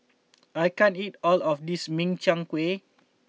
I can't eat all of this Min Chiang Kueh